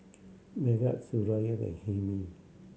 Megat Suraya and Hilmi